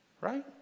right